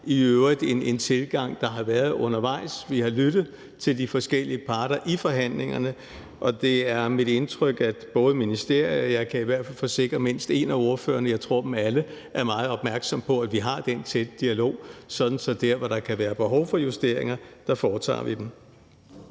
i øvrigt en tilgang, der har været undervejs. Vi har lyttet til de forskellige parter i forhandlingerne, og det er mit indtryk, at både ministeriet og mindst en, kan jeg i hvert fald forsikre, af ordførerne – jeg tror dem alle – er meget opmærksomme på, at vi har den tætte dialog, sådan at vi foretager justeringer der, hvor der